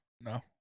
No